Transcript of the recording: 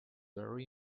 very